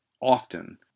often